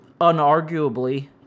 unarguably